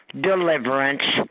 deliverance